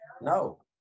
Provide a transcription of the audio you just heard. no